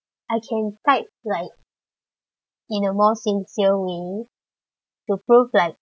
I can type like in a more sincere way to prove that